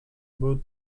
był